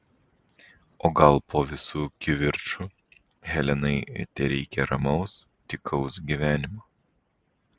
o gal po visų kivirčų helenai tereikia ramaus tykaus gyvenimo